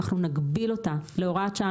נגביל אותה להוראת שעה.